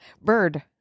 Bird